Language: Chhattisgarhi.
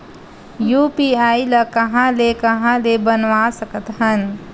यू.पी.आई ल कहां ले कहां ले बनवा सकत हन?